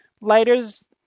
Lighters